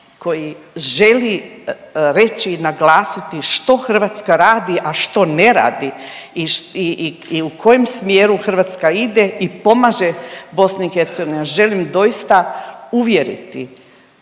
koji želi reći i naglasiti što Hrvatska radi, a što ne radi i u kojem smjeru Hrvatska ide i pomaže BiH. Želim doista uvjeriti